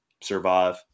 survive